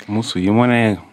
mūsų įmonėj